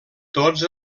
tots